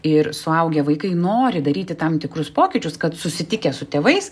ir suaugę vaikai nori daryti tam tikrus pokyčius kad susitikę su tėvais